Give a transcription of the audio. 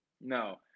No